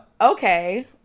okay